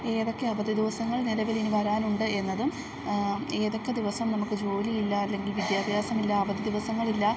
ഏതൊക്കെ അവധി ദിവസങ്ങൾ നിലവിൽ ഇനി വരാനുണ്ട് എന്നതും ഏതൊക്കെ ദിവസം നമുക്ക് ജോലിയില്ല അല്ലെങ്കിൽ വിദ്യാഭ്യാസമില്ല അവധി ദിവസങ്ങളില്ല